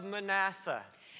Manasseh